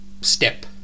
step